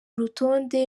rutonde